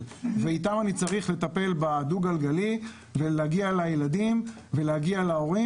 שאיתם אני צריך לטפל בדו גלגלי ולהגיע לילדים ולהורים,